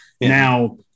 now